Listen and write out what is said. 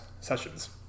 sessions